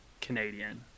Canadian